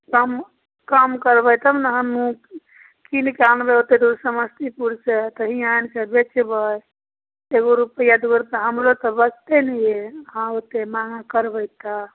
कम कम करबै तब ने हमहूँ कीनिकऽ अनबै ओतेक दूर समस्तीपुरसँ तऽ हियाँ आनिकऽ बेचबै एगो रुपैआ दुइगो रुपैआ हमरो तऽ बचतै ने यै अहाँ ओतेक महगा करबै तऽ